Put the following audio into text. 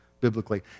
biblically